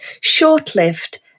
short-lived